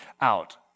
out